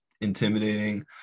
intimidating